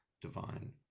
divine